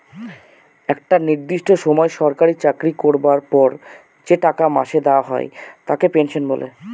একটা নির্দিষ্ট সময় সরকারি চাকরি করবার পর যে টাকা মাসে দেওয়া হয় তাকে পেনশন বলে